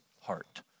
heart